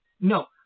No